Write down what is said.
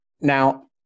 Now